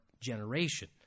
generation